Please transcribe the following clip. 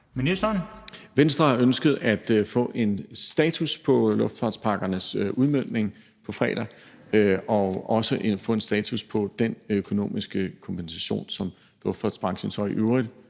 Engelbrecht): Venstre har ønsket at få en status på udmøntningen af luftfartspakkerne på fredag og også at få en status på den økonomiske kompensation, som luftfartsbranchen så i øvrigt